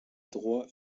droit